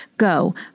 go